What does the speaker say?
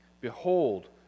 Behold